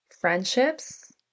friendships